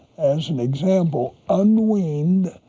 as an example, unweaned,